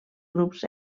grups